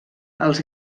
els